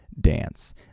dance